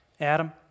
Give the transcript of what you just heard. Adam